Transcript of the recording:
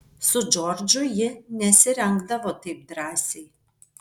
su džordžu ji nesirengdavo taip drąsiai